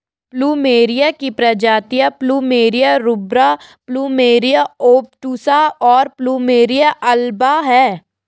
plumeria की प्रजातियाँ plumeria rubra, plumeria obtusa, और प्लुमेरिया अल्बा हैं